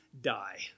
die